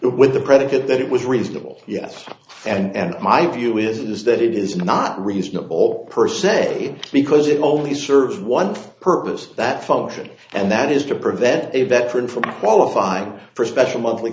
with the predicate that it was reasonable yes and my view is that it is not reasonable per se because it only serve one purpose that function and that is to prevent the veteran from qualifying for special monthly